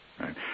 right